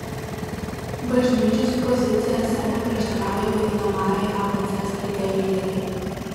bažnyčios pozicija esą neprieštarauja vadinamajai abc strategijai